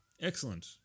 Excellent